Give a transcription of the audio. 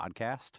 podcast